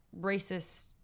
racist